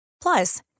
Plus